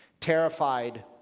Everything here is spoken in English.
terrified